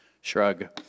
shrug